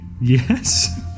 Yes